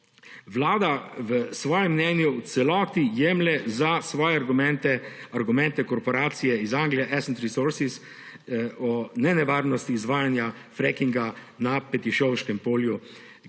Vlada v svojem mnenju v celoti jemlje za svoje argumente argumente korporacije iz Anglije Ascent Resources o nenevarnosti izvajanja frackinga na Petiškovškem polju